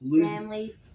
Family